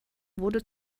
wurde